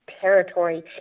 territory